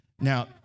Now